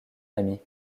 amie